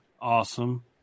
awesome